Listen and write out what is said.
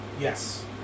Yes